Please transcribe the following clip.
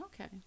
Okay